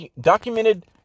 documented